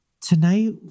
Tonight